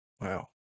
Wow